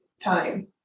time